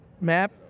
Map